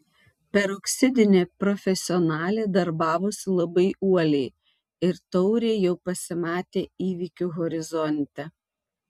peroksidinė profesionalė darbavosi labai uoliai ir taurė jau pasimatė įvykių horizonte